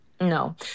No